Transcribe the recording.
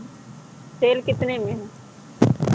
तेल कितने में है